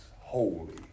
holy